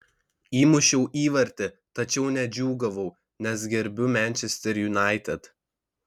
įmušiau įvartį tačiau nedžiūgavau nes gerbiu manchester united